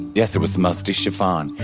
yes it was musty chiffon.